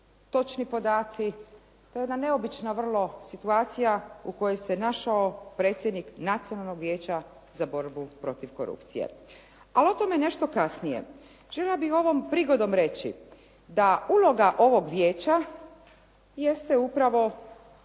točni podaci. To je jedna neobična vrlo situacija u kojoj se našao predsjednik Nacionalnog vijeća za borbu protiv korupcije, ali o tome nešto kasnije. Željela bih ovom prigodom reći da uloga ovog vijeća jeste upravo